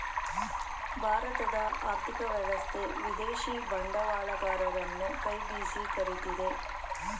ಭಾರತದ ಆರ್ಥಿಕ ವ್ಯವಸ್ಥೆ ವಿದೇಶಿ ಬಂಡವಾಳಗರರನ್ನು ಕೈ ಬೀಸಿ ಕರಿತಿದೆ